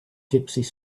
gypsies